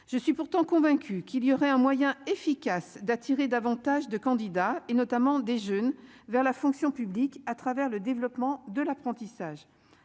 je suis pourtant convaincu qu'il y aurait un moyen efficace d'attirer davantage de candidats, et notamment des jeunes vers la fonction publique à travers le développement de l'apprentissage,